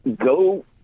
go